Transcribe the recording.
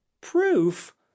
Proof